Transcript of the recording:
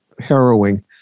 harrowing